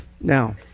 Now